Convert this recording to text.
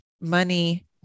money